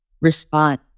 respond